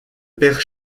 père